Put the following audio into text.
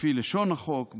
לפי לשון החוק,